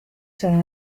será